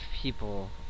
people